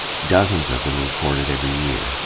dozens of them reported every year. and